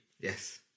Yes